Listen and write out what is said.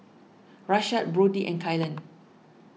Rashad Brodie and Kylan